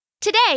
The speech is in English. Today